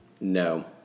no